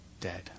dead